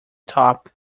top